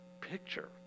picture